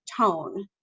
tone